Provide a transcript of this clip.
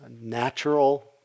natural